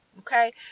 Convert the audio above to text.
Okay